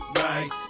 right